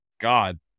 god